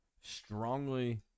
strongly